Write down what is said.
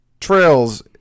trails